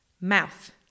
Mouth